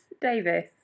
Davis